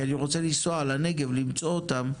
כי אני רוצה לנסוע לנגב למצוא אותם.